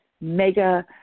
mega